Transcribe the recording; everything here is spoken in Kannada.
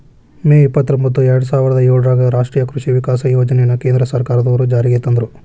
ಮೇ ಇಪ್ಪತ್ರೊಂಭತ್ತು ಎರ್ಡಸಾವಿರದ ಏಳರಾಗ ರಾಷ್ಟೇಯ ಕೃಷಿ ವಿಕಾಸ ಯೋಜನೆನ ಕೇಂದ್ರ ಸರ್ಕಾರದ್ವರು ಜಾರಿಗೆ ತಂದ್ರು